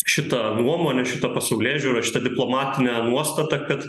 šitą nuomonę šitą pasaulėžiūrą šitą diplomatinę nuostatą kad